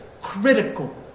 critical